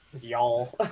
y'all